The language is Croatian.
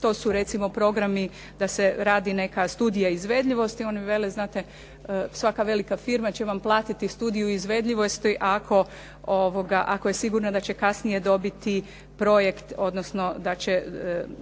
to su recimo programi da se radi neka studija izvedljivosti. Oni vele, znate svaka velika firma će vam platiti studiju izvedljivosti ako je sigurna da će kasnije dobiti projekt, odnosno da će